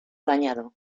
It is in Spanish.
dañado